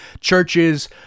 churches